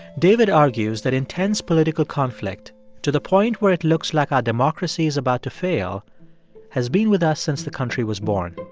david argues that intense political conflict to the point where it looks like our democracy is about to fail has been with us since the country was born.